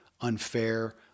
unfair